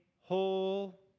whole